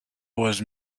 was